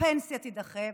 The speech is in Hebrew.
הפנסיה תידחה,